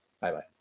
Bye-bye